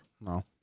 No